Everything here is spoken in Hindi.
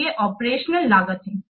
तो ये ऑपरेशनल लागत हैं